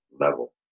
level